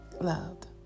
loved